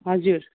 हजुर